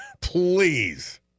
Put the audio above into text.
please